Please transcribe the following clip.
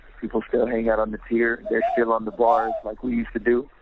people still hang out on this tier. they're still on the bars like we used to do,